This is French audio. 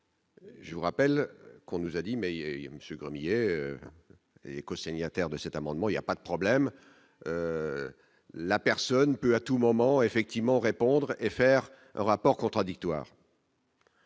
Je vous rappelle qu'on nous a dit, mais il y a Monsieur Gremillet et cosignataire de cet amendement, il y a pas de problème, la personne peut à tout moment effectivement répondre et faire un rapport contradictoire.